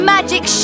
Magic